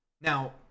Now